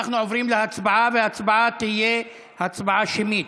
אנחנו עוברים להצבעה וההצבעה תהיה הצבעה שמית.